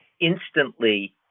instantly